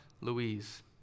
Louise